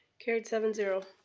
carried seven zero.